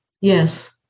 Yes